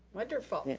wonderful.